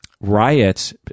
riots